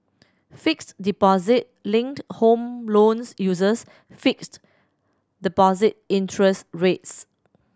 fixed deposit linked home loans uses fixed deposit interest rates